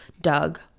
Doug